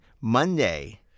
Monday